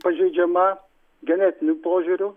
pažeidžiama genetiniu požiūriu